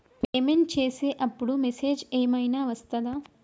Payment చేసే అప్పుడు message ఏం ఐనా వస్తదా?